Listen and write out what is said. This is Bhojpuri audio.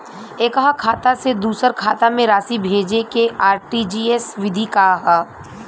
एकह खाता से दूसर खाता में राशि भेजेके आर.टी.जी.एस विधि का ह?